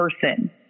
person